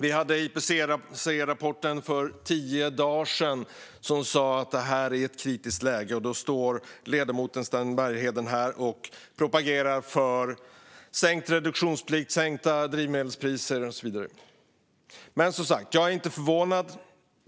I IPCC-rapporten som kom för tio dagar sedan sägs det att detta är ett kritiskt läge. Och då står ledamoten Sten Bergheden här och propagerar för sänkt reduktionsplikt, sänkta drivmedelspriser och så vidare. Men jag är som sagt inte förvånad.